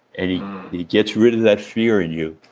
and he he gets rid of that fear in you.